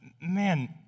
man